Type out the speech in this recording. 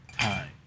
time